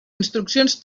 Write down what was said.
instruccions